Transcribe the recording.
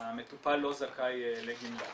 המטופל לא זכאי לגמלה.